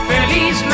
Feliz